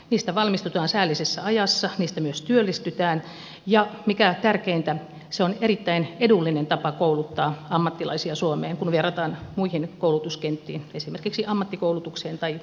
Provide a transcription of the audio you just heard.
niistä valmistutaan säällisessä ajassa niistä myös työllistytään ja mikä tärkeintä se on erittäin edullinen tapa kouluttaa ammattilaisia suomeen kun verrataan muihin koulutuskenttiin esimerkiksi ammattikoulutukseen tai yliopistokoulutukseen